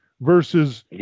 versus